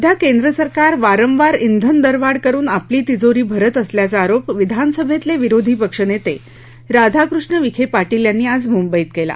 सध्या केंद्र सरकार वारंवार श्रिन दर वाढ करुन आपली तिजोरी भरत असल्याचा आरोप विधानसभेतले विरोधी पक्षनेते राधाकृष्ण विखे पाटील यांनी आज मुंबईत केला